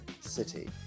City